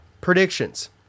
predictions